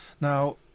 Now